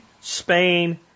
Spain